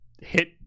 Hit